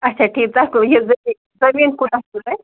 اچھا ٹھیٖک تۄہہِ کو یہِ زمیٖن زمیٖن کوتاہ چھُوٕ تۅہہِ